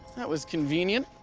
that was convenient.